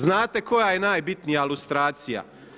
Znate koja je najbitnija lustracija?